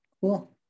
Cool